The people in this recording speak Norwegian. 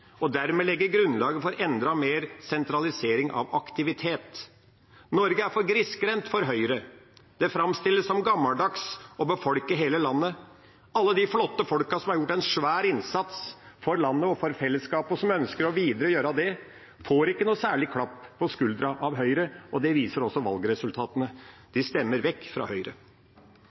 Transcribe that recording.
og dermed å legge grunnlaget for enda mer sentralisering av aktivitet. Norge er for grissgrendt for Høyre. Det framstilles som gammeldags å befolke hele landet. Alle de flotte folkene som har gjort en svær innsats for landet og for fellesskapet, og som ønsker å gjøre det videre, får ikke noe særlig klapp på skulderen av Høyre, og det viser også valgresultatene. En stemmer vekk fra Høyre.